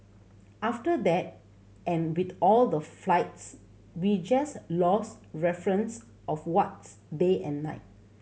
after that and with all the flights we just lost reference of what's day and night